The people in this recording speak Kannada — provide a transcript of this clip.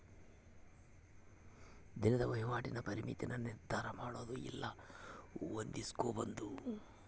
ದಿನದ ವಹಿವಾಟಿನ ಪರಿಮಿತಿನ ನಿರ್ಧರಮಾಡೊದು ಇಲ್ಲ ಹೊಂದಿಸ್ಕೊಂಬದು